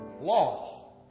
law